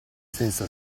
senza